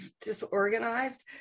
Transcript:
disorganized